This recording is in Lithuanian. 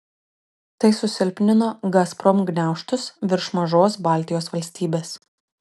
tai susilpnino gazprom gniaužtus virš mažos baltijos valstybės